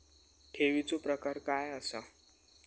ठेवीचो प्रकार काय असा?